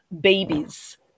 babies